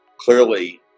clearly